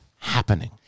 happening